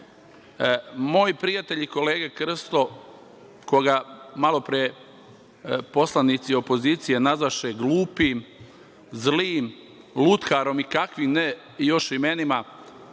moj prijatelj i kolega Krsto, koga malopre poslanici opozicije nazvaše glupim, zlim, lutkarom i kakvim ne još imenima…